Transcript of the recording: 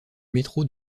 métro